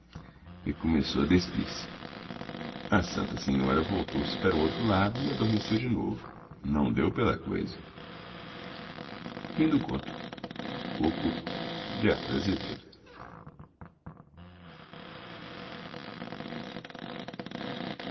e começou a despir-se a santa senhora voltou-se para o outro lado e adormeceu de novo não deu pela coisa conquanto exercesse a profissão de